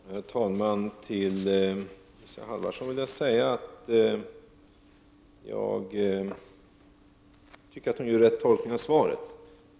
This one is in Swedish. Herr talman! Till Isa Halvarsson vill jag säga att jag tycker att hon gör rätt tolkning av svaret.